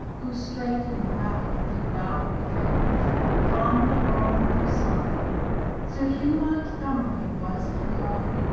who streight in wrath did vow revenge upon the lord percye sir hugh mountgomerye was he call'd,